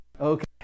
Okay